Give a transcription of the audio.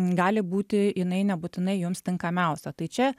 gali būti jinai nebūtinai jums tinkamiausia tai čia